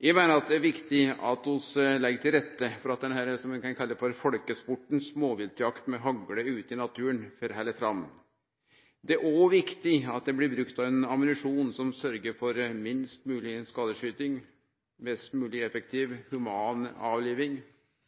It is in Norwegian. Eg meiner det er viktig at vi legg til rette for at det vi kan kalle folkesporten – småviltjakt med hagle ute i naturen – får halde fram. Det er òg viktig at ein bruker ein ammunisjon som fører til minst mogleg skadeskyting og mest mogleg effektiv